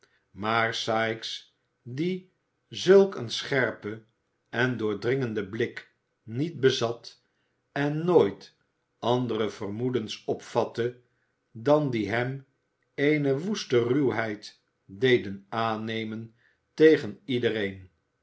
maar sikes die zulk een scherpen en doordringenden blik niet bezat en nooit andere vermoedens opvatte dan die hem eene woeste ruwheid deden aannemen tegen iedereen